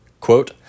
Quote